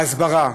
הסברה,